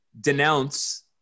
denounce